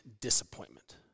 disappointment